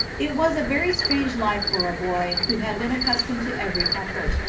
it was a very strange life for a boy who had been accustomed to every comfort,